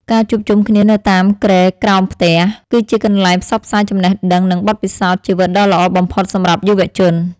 ការជួបជុំគ្នានៅតាមគ្រែក្រោមផ្ទះ គឺជាកន្លែងផ្សព្វផ្សាយចំណេះដឹងនិងបទពិសោធន៍ជីវិតដ៏ល្អបំផុតសម្រាប់យុវជន។